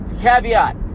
caveat